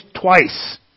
twice